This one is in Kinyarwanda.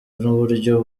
n’uburyo